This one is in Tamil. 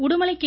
உடுமலை கே